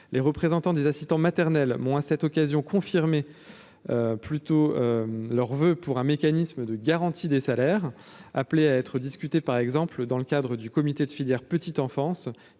les représentants des assistants maternels moins cette occasion confirmé plutôt leurs voeux pour un mécanisme de garantie des salaires, appelé à être discuté par exemple dans le cadre du comité de filière, petite enfance,